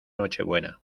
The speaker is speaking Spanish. nochebuena